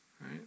right